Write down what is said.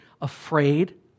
afraid